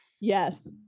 Yes